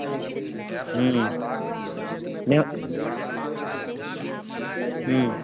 ह्म्म नहि ह्म्म